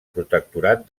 protectorat